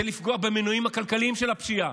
זה לפגוע במנועים הכלכליים של הפשיעה.